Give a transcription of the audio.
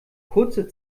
kurze